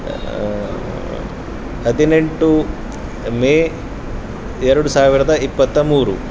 ಹದಿನೆಂಟು ಮೇ ಎರಡು ಸಾವಿರದ ಇಪ್ಪತ್ತ ಮೂರು